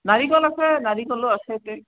নাৰিকল আছে নাৰিকলো আছে কেই